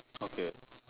okay